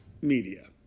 media